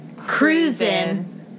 Cruising